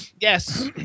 yes